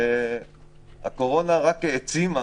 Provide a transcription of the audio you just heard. הקורונה רק העצימה